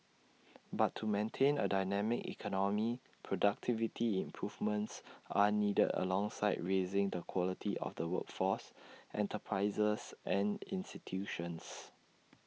but to maintain A dynamic economy productivity improvements are needed alongside raising the quality of the workforce enterprises and institutions